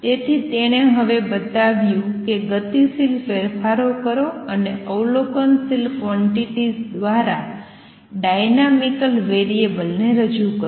તેથી તેણે હવે બતાવ્યું છે કે ગતિશીલ ફેરફારો કરો અને અવલોકનશીલ ક્વોંટીટીઝ દ્વારા ડાયનામિકલ વેરિએબલને રજૂ કરો